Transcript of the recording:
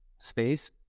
space